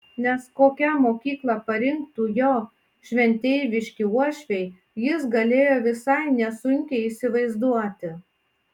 nes kokią mokyklą parinktų jo šventeiviški uošviai jis galėjo visai nesunkiai įsivaizduoti